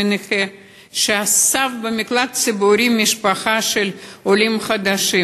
מנכה שאסף במקלט ציבורי משפחה של עולים חדשים.